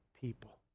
people